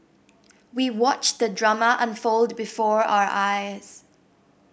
we watched the drama unfold before our eyes